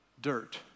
dirt